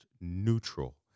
neutral